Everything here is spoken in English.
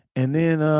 and then ah